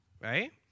right